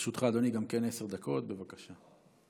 גם לרשותך, אדוני, עשר דקות, בבקשה.